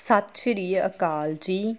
ਸਤਿ ਸ਼੍ਰੀ ਅਕਾਲ ਜੀ